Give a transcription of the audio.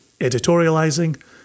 Editorializing